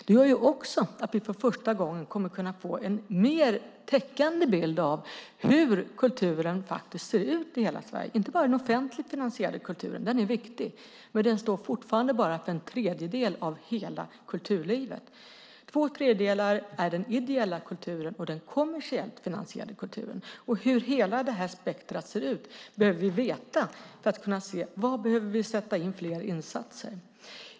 Det gör att vi för första gången kommer att kunna få en mer täckande bild av hur kulturen ser ut i hela landet. Det gäller inte bara den offentligt finansierade kulturen. Den är viktig, men den står fortfarande bara för en tredjedel av hela kulturlivet. Två tredjedelar står den ideella och den kommersiellt finansierade kulturen för. Hur hela detta spektrum ser ut behöver vi veta för att kunna se var vi måste sätta in fler insatser.